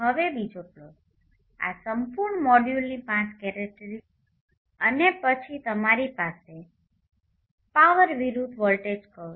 હવે બીજો પ્લોટ આ સંપૂર્ણ મોડ્યુલની IV કેરેક્ટેરિસ્ટિક છે અને પછી તમારી પાસે પાવર વિરુદ્ધ વોલ્ટેજ કર્વ છે